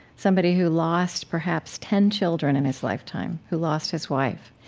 somebody who lost perhaps ten children in his lifetime. who lost his wife.